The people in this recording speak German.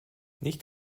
nicht